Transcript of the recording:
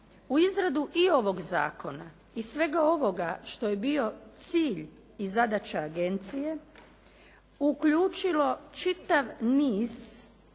u izradu i ovoga zakona i svega ovoga što je bio cilj i zadaća agencije uključilo čitav niz,